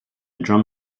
drum